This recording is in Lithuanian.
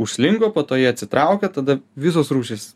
užslinko po to jie atsitraukė tada visos rūšys